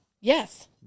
Yes